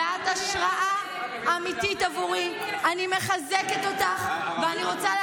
חבר הכנסת דוידסון, אני לא מבין.